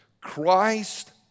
Christ